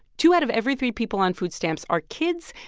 two out of every three people on food stamps are kids,